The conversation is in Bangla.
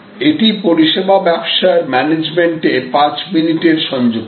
এটি পরিষেবা ব্যবসার ম্যানেজমেন্টে ৫ মিনিটের সংযুক্তি